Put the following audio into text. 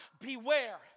beware